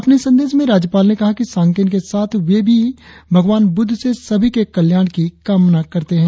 अपने संदेश में राज्यपाल ने कहा कि सांकेन के साथ वे भी भगवान बुद्ध से सभी के कल्याण की कामना करते है